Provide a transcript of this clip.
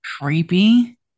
creepy